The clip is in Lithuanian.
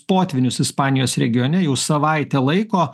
potvynius ispanijos regione jau savaitę laiko